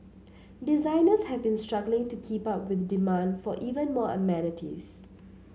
designers have been struggling to keep up with demand for even more amenities